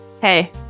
hey